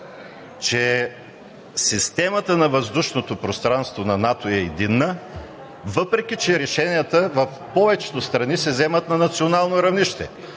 че системата на въздушното пространство на НАТО е единна, въпреки че решенията в повечето страни се вземат на национално равнище.